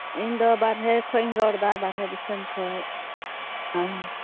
ᱤᱧᱫᱚ ᱵᱟᱨᱦᱮ ᱠᱷᱚᱱ ᱤᱧ ᱨᱚᱲ ᱮᱫᱟ ᱵᱟᱨᱦᱮ ᱫᱤᱥᱚᱢ ᱠᱷᱚᱱ ᱦᱮᱸ